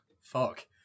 Fuck